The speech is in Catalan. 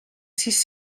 sis